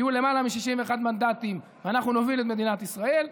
יהיו למעלה מ-61 מנדטים ואנחנו נוביל את מדינת ישראל,